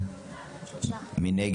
3. מי נגד?